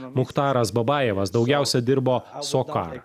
muchtaras babajevas daugiausia dirbo sokar